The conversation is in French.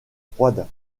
froides